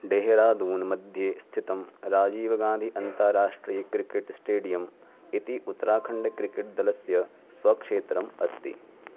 डेहेरादून् मध्ये स्थितं राजीवगान्धि अन्ताराष्ट्रीयं क्रिकेट् स्टेडियम् इति उत्तराखण्ड् क्रिकेट्दलस्य स्वक्षेत्रम् अस्ति